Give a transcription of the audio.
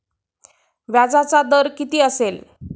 व्याजाचा दर किती असेल?